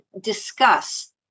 discuss